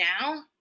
now